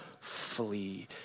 flee